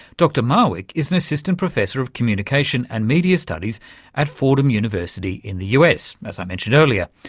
dr marwick is an assistant professor of communication and media studies at fordham university in the us, as i mentioned earlier,